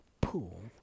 pool